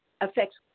affects